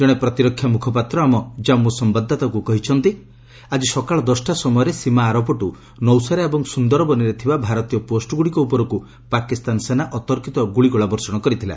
ଜଣେ ପ୍ରତିରକ୍ଷା ମୁଖପାତ୍ର ଆମ ଜାମ୍ମୁ ସମ୍ଭାଦଦାତାଙ୍କୁ କହିଛନ୍ତି ଆଜି ସକାଳ ଦଶଟା ସମୟରେ ସୀମା ଆରପଟୁ ନୌସେରା ଏବଂ ସୁନ୍ଦରବନୀରେ ଥିବା ଭାରତୀୟ ପୋଷ୍ଟଗୁଡ଼ିକ ଉପରକୁ ପାକିସ୍ତାନ ସେନା ଅତର୍କିତ ଗୁଳିଗୋଳା ବର୍ଷଣ କରିଥିଲା